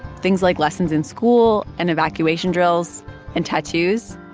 things like lessons in school and evacuation drills and tattoos